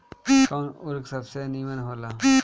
कवन उर्वरक सबसे नीमन होला?